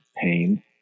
pain